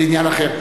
זה עניין אחר.